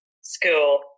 school